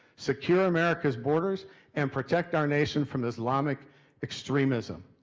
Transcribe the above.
secure america's borders and protect our nation from islamic extremism.